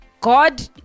God